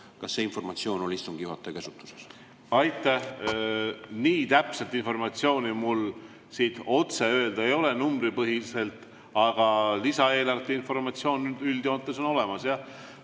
Kas see informatsioon on istungi juhataja käsutuses? Aitäh! Nii täpset informatsiooni mul siit otse öelda ei ole, numbripõhiselt, aga lisaeelarvete informatsioon üldjoontes on olemas,